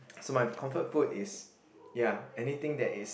so my comfort food is ya anything that is